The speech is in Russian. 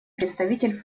представитель